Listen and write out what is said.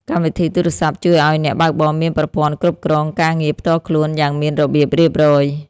កម្មវិធីទូរសព្ទជួយឱ្យអ្នកបើកបរមានប្រព័ន្ធគ្រប់គ្រងការងារផ្ទាល់ខ្លួនយ៉ាងមានរបៀបរៀបរយ។